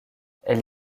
elle